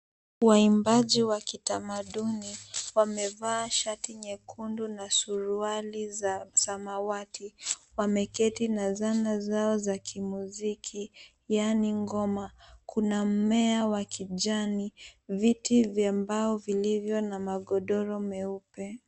Waimbaji wa kitamaduni, wamevaa shati nyekundu na suruali za samawati. Wameketi na zana zao za kimuziki yaani ngoma. Kuna mmea wa kijani, viti vya mbao vilivyo na magodoro meupe.